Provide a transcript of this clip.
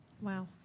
Wow